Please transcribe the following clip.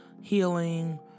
healing